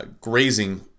grazing